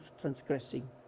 transgressing